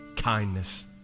kindness